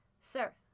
sir